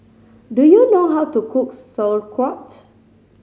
do you know how to cook Sauerkraut